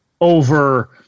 over